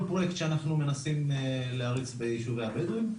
פרויקט שאנחנו מנסים להריץ ביישובי הבדואים,